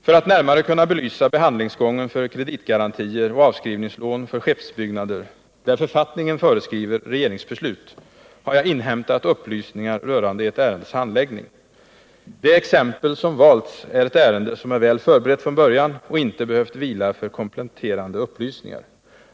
För att närmare kunna belysa behandlingsgången för kreditgarantier och avskrivningslån för skeppsbyggnader — där författningen föreskriver regeringsbeslut — har jag inhämtat upplysningar rörande ett ärendes handläggning. Det exempel som valts är ett ärende som är väl förberett från början och inte behövt vila för kompletterande upplysningar.